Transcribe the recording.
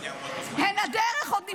"הן הדרך עוד נמשכת",